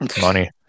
money